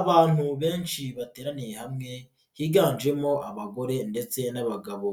Abantu benshi bateraniye hamwe higanjemo abagore ndetse n'abagabo.